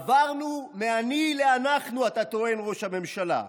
עברנו מ"אני" ל"אנחנו" אתה טוען, ראש הממשלה.